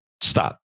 stop